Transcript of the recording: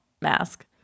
mask